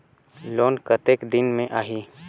Loan कतेक दिन मे आही?